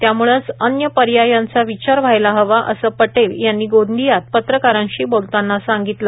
त्यामुळेच अन्य पर्यायांचा विचार व्हायला हवाअसे पटेल यांनी गोंदियात पत्रकारांशी बोलताना सांगितले